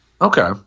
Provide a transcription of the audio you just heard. Okay